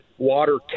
water